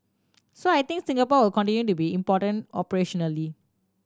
so I think Singapore will continue to be important operationally